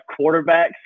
quarterbacks